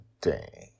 day